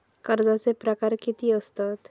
कर्जाचे प्रकार कीती असतत?